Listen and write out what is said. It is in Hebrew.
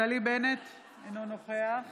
נפתלי בנט, אינו נוכח